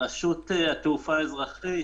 רשות התעופה האזרחית